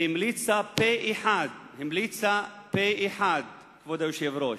והמליצה פה-אחד, המליצה פה-אחד, כבוד היושב-ראש,